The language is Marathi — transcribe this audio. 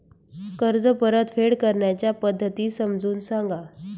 कर्ज परतफेड करण्याच्या पद्धती समजून सांगा